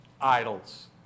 idols